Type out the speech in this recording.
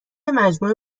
مجموعه